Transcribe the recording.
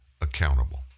accountable